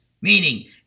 Meaning